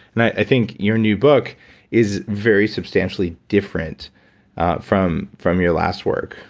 and i think your new book is very substantially different from from your last work.